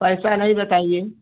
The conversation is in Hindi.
पैसा नहीं बताइए